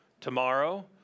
Tomorrow